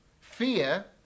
Fear